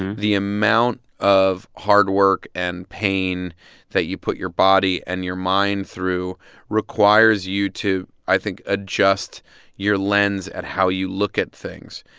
the amount of hard work and pain that you put your body and your mind through requires you to, i think, adjust your lens at how you look at things.